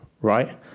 right